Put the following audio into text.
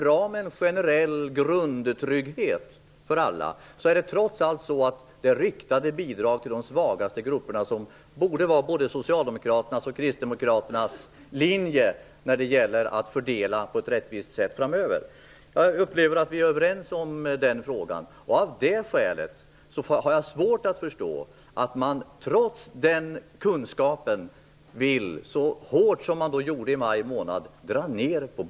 Även om en generell grundtrygghet för alla är bra är det trots allt de riktade bidragen till de svagaste grupperna som borde vara både Socialdemokraternas och Kristdemokraternas linje i den rättvisa fördelningen framöver. Jag upplever att vi är överens om den frågan. Av det skälet har jag svårt att förstå att Socialdemokraterna trots denna kunskap ville dra ned på bostadsbidragen så hårt som man gjorde i maj månad.